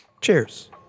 Cheers